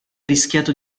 rischiato